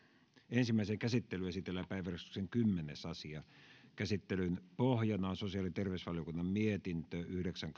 ensimmäiseen käsittelyyn esitellään päiväjärjestyksen kymmenes asia käsittelyn pohjana on sosiaali ja terveysvaliokunnan mietintö yhdeksän